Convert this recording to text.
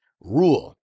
rule